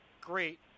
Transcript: great